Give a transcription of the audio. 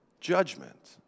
judgment